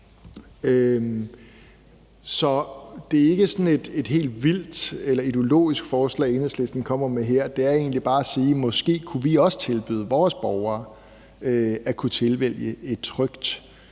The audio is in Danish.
så det er ikke sådan et helt vildt eller ideologisk forslag, Enhedslisten kommer med her. Det er egentlig bare at sige, at måske kunne vi også tilbyde vores borgere at kunne tilvælge en tryg